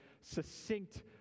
succinct